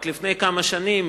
רק לפני כמה שנים,